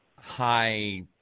high